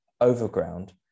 overground